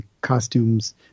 costumes